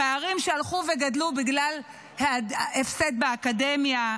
פערים שהלכו וגדלו בגלל הפסד באקדמיה,